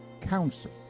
Council